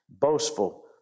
Boastful